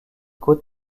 côtes